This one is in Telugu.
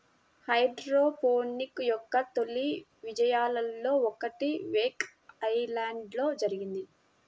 హైడ్రోపోనిక్స్ యొక్క తొలి విజయాలలో ఒకటి వేక్ ఐలాండ్లో జరిగింది